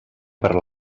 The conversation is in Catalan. per